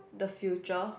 the future